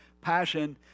passion